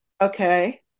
Okay